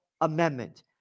Amendment